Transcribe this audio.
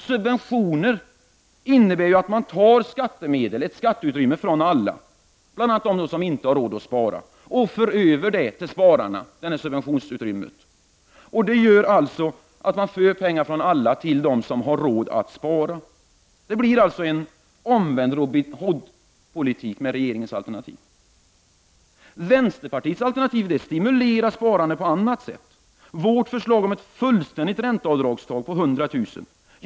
Subventioner innebär att man tar skattemedel från alla, bl.a. från dem som inte har råd att spara, och styr över detta utrymme — pengar till dem som spar. Det innebär alltså att pengar förs över från alla till dem som har råd att spara. Regeringens politik innebär alltså en omvänd Robin Hood-politik. Vänsterpartiets alternativ stimulerar sparande på annat sätt. Vårt förslag om ett fullständigt ränteavdragstak på 100 000 kr.